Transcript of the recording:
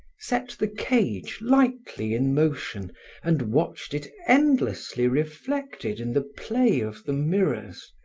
set the cage lightly in motion and watched it endlessly reflected in the play of the mirrors,